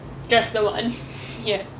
just the one ya